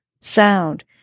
sound